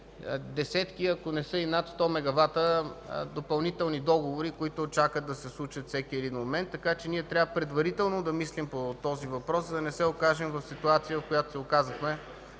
десетки, ако не са и над, 100 мегавата допълнителни договори, които чакат да се случат във всеки един момент. Така че ние трябва предварително да мислим по този въпрос, за да не се окажем в ситуация, в каквато се оказахме